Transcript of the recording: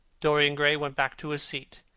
dorian gray went back to his seat.